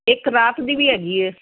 ਇੱਕ ਰਾਤ ਦੀ ਵੀ ਹੈਗੀ ਹੈ